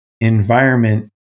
environment